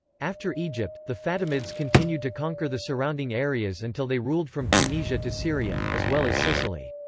after egypt, the fatimids continued to conquer the surrounding areas until they ruled from tunisia to syria, as well as sicily.